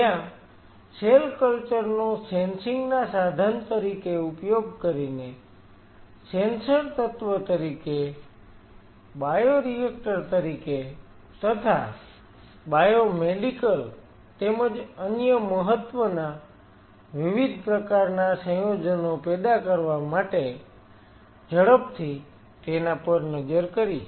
જ્યાં cell culture નો sensing ના સાધન તરીકે ઉપયોગ કરીને સેન્સર તત્વ તરીકે બાયોરિએક્ટર તરીકે તથા બાયોમેડિકલ તેમજ અન્ય મહત્વના વિવિધ પ્રકારના સંયોજનો પેદા કરવા માટે ઝડપથી તેના પર નજર કરી છે